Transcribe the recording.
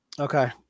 Okay